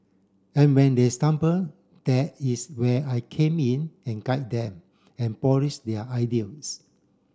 and when they stumble there is where I came in and guid them and polish their ideas